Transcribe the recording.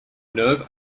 nerve